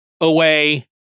away